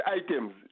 items